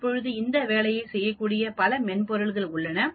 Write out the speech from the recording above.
இப்போது இந்த வேலையைச் செய்யக்கூடிய பல மென்பொருள்கள் உள்ளன